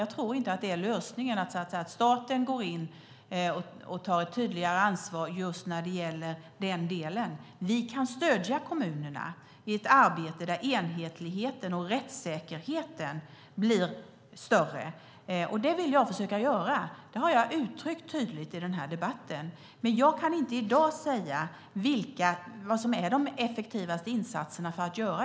Jag tror inte att lösningen är att staten går in och tar ett tydligare ansvar just när det gäller detta. Vi kan stödja kommunerna i ett arbete där enhetligheten och rättssäkerheten blir större. Det vill jag försöka göra; det har jag uttryckt tydligt i den här debatten. Men jag kan inte i dag säga vilka som är de mest effektiva insatserna.